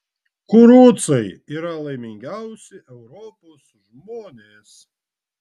kurucai yra laimingiausi europos žmonės